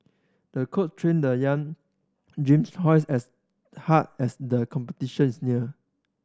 the coach trained the young gyms twice as hard as the competitions neared